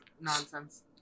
nonsense